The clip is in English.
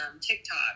tiktok